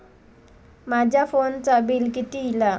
माझ्या फोनचा बिल किती इला?